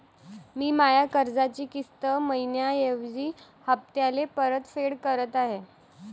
मी माया कर्जाची किस्त मइन्याऐवजी हप्त्याले परतफेड करत आहे